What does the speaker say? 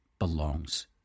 belongs